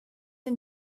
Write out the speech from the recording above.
and